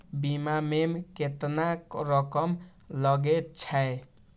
बीमा में केतना रकम लगे छै?